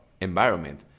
environment